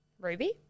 ruby